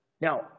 Now